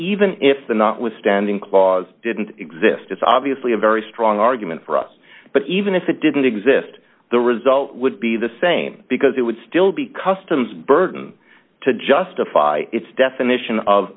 even if the notwithstanding clause didn't exist it's obviously a very strong argument for us but even if it didn't exist the result would be the same because it would still be customs burden to justify its definition of